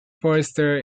forester